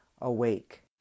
awake